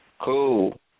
Cool